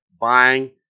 buying